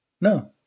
No